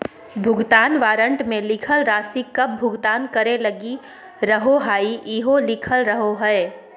भुगतान वारन्ट मे लिखल राशि कब भुगतान करे लगी रहोहाई इहो लिखल रहो हय